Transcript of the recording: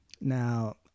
Now